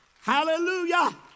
Hallelujah